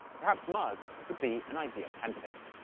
perhaps mars could be an ideal candidate.